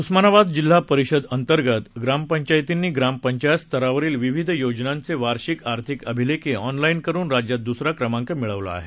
उस्मानाबाद जिल्हा परिषदअंतर्गत ग्रामापंचायतींनी ग्रामपंचायत स्तरावरील विविध योजनांचे वार्षिक आर्थिक अभिलेखे ऑनलाईन करुन राज्यात द्सरा क्रमांक मिळवला आहे